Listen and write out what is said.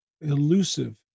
elusive